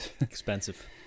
Expensive